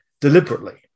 deliberately